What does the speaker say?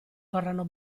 vorranno